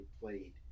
played